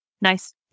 Nice